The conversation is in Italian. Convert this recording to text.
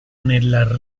nella